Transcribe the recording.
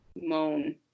moan